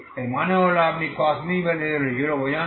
এর মানে হল আপনি cos μL 0 বোঝান